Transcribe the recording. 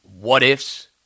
what-ifs